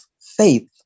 faith